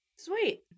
sweet